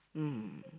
um